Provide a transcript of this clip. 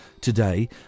today